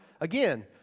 again